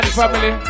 family